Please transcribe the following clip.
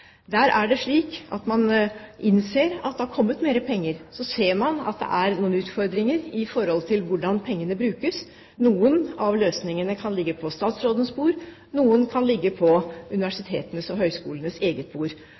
Der er det slik at man innser at det har kommet mer penger. Så ser man at det er noen utfordringer når det gjelder hvordan pengene brukes. Noen av løsningene kan ligge på statsrådens bord, noen kan ligge på universitetenes og høyskolenes bord.